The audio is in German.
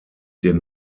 den